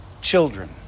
children